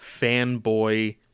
fanboy